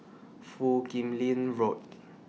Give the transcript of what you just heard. Foo Kim Lin Road